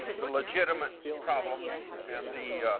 the legitimate problems and the